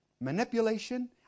manipulation